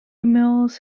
mills